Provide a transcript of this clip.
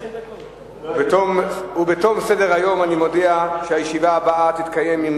בתום סדר-היום אני מודיע שהישיבה הבאה תתקיים,